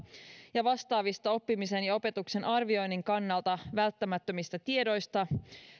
ja vastaavista oppimisen ja opetuksen arvioinnin kannalta välttämättömistä tiedoista